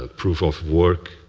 ah proof of work,